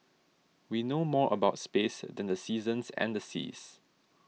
we know more about space than the seasons and the seas